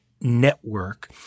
network